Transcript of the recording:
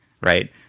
right